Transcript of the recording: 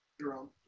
Jerome